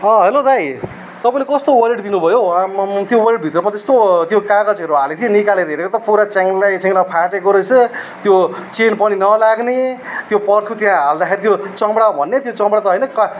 अँ हेलो दाइ तपाईँले कस्तो वालेट दिनभयो हौ आम्मामा त्यो वालेटभित्रपट्टि यस्तो त्यो कागजहरू हालेको थियो निकालेर हेरेको त पुरै चेङ्लै चेङ्ला फाटेको रैछ त्यो चेन पनि नलाग्ने त्यो पर्थुतिर हालने त्यो चमडा भन्ने त्यो चमडा त होइन क